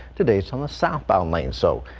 today's on the southbound lanes so.